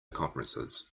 conferences